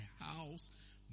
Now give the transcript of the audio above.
house